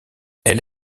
elle